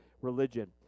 religion